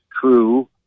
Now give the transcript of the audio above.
true